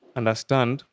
understand